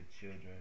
children